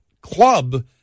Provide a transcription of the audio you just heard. club